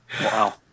Wow